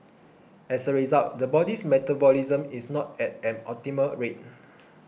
as a result the body's metabolism is not at an optimal rate